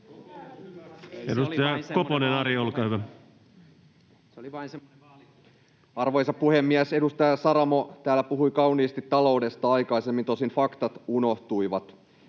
Arvoisa puhemies! Edustaja Saramo täällä puhui kauniisti taloudesta aikaisemmin — tosin faktat unohtuivat.